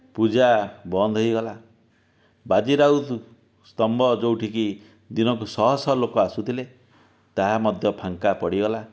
ପୂଜା ବନ୍ଦ ହେଇଗଲା ବାଜି ରାଉତ ସ୍ତମ୍ଭ ଯେଉଁଠିକି ଦିନକୁ ଶହ ଶହ ଲୋକ ଆସୁଥିଲେ ତାହା ମଧ୍ୟ ଫାଙ୍କା ପଡ଼ିଗଲା